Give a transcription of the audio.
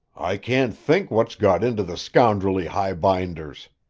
i can't think what's got into the scoundrelly highbinders,